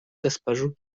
госпожу